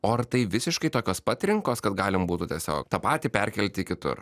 o ar tai visiškai tokios pat rinkos kad galima būtų tiesiog tą patį perkelti kitur